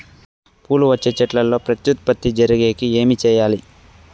పూలు వచ్చే చెట్లల్లో ప్రత్యుత్పత్తి జరిగేకి ఏమి చేయాలి?